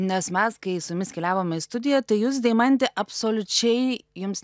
nes mes kai su umis keliavome į studiją tai jūs deimante absoliučiai jums